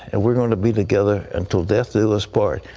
and we're going to be together until death do us part.